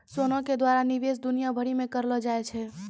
सोना के द्वारा निवेश दुनिया भरि मे करलो जाय छै